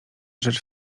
rzecz